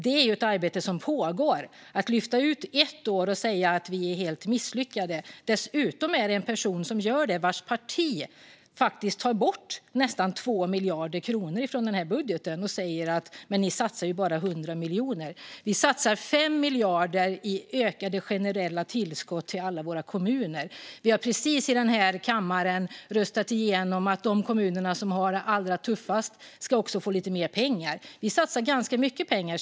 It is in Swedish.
Det är ett arbete som pågår. Nu lyfter någon ut ett år och säger att vi är helt misslyckade. Den som gör det är en person vars parti faktiskt tar bort nästan 2 miljarder kronor från budgeten. Personen säger: Men ni satsar bara 100 miljoner. Vi satsar 5 miljarder i ökade generella tillskott till alla våra kommuner. Vi har precis i denna kammare röstat igenom att de kommuner som har det allra tuffast ska få lite mer pengar. Vi satsar ganska mycket pengar.